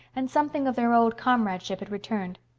and something of their old comradeship had returned.